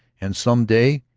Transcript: and some day,